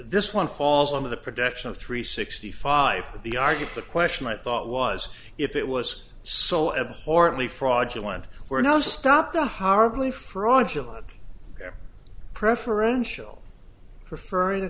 this one falls under the protection of three sixty five of the argue the question i thought was if it was so abhorrently fraudulent we're now stop the horribly fraudulent preferential preferr